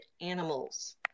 animals